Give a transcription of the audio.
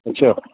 ਅੱਛਾ